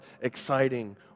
exciting